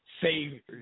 Save